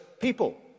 people